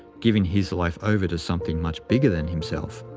giving his life over to something much bigger than himself.